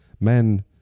men